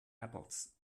apples